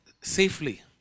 safely